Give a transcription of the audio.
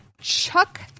Chuck